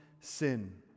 sin